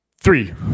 three